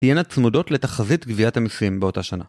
תהיינה צמודות לתחזית גביית המסים באותה שנה.